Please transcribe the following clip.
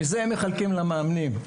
מזה הם מחלקים למאמנים.